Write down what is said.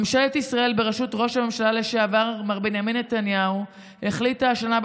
ממשלת ישראל בראשות ראש הממשלה לשעבר מר בנימין נתניהו החליטה השנה,